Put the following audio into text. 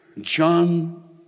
John